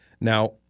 Now